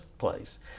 place